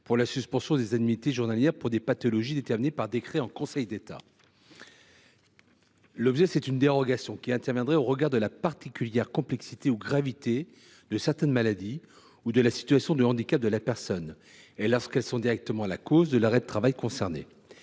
cas de suspension des indemnités journalières pour des pathologies déterminées par décret en Conseil d’État. Cette dérogation interviendrait au regard de la particulière complexité ou gravité de certaines maladies ou de la situation de handicap de la personne et lorsqu’elles sont directement la cause de l’arrêt de travail concerné.